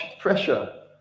pressure